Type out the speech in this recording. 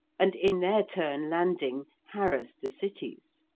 and in their turn landing, harassed the cities.